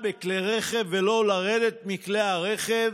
התחילו לחשוב,